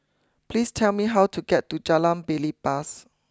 please tell me how to get to Jalan Belibas